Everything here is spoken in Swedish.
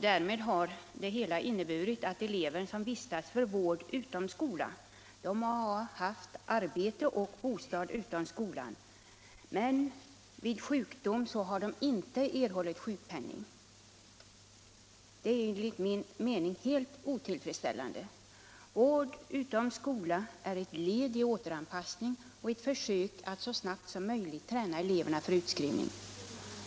Problemet är att elever som vistats för vård utom skola och som har arbete och bostad utanför skolan inte kunnat få någon sjukpenning, vilket enligt min mening är helt otillfredsställande. Vård utom skola är ett led i återanpassningen och ett försök att så snart som möjligt träna eleverna för utskrivning.